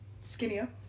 skinnier